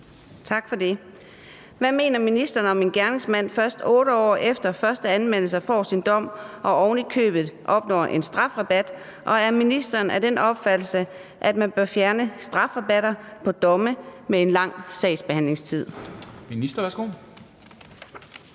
Tak for det. Hvad mener ministeren om, at en gerningsmand først 8 år efter første anmeldelse får sin dom og ovenikøbet opnår en strafrabat, og er ministeren af den opfattelse, at man bør fjerne strafrabatter på domme med en lang sagsbehandlingstid?